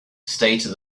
stated